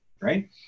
Right